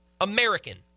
American